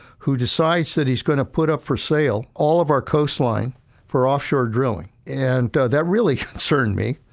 who decides that he's going to put up for sale, all of our coastline for offshore drilling. and that really concerned me.